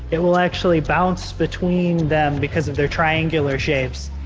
it will actually bounce between them because of their triangular shapes.